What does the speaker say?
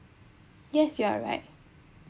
yes you are right